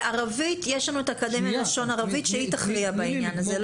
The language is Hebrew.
בערבית יש לנו את האקדמיה ללשון ערבית שהיא תכריע בעניין הזה.